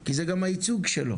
כי זה גם הייצוג שלו.